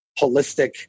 holistic